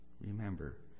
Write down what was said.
Remember